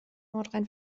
nordrhein